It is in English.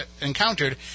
encountered